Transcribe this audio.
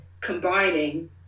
combining